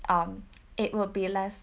um it will be less